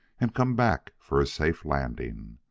and come back for a safe landing.